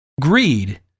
Greed